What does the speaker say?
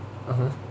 (uh huh)